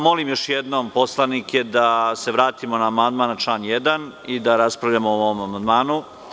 Molim još jednom poslanike da se vratimo na amandman na član 1. i da raspravljamo o ovom amandmanu.